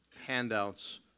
handouts